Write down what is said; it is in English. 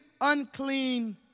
unclean